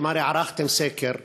אתם הרי ערכתם סקר,